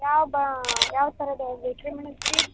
ಯಾವ್ದು ಯಾವ ಥರದ್ದು ಬೇಕು ರೀ ಮೇಡಮ್